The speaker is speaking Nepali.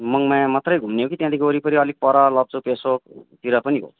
मङमाया मात्रै घुम्ने हो कि त्यहाँदेखि वरिपरि अलिक पर लप्चु पेसोकतिर पनि हो